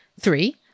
three